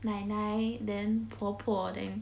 奶奶 then 婆婆 then